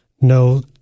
no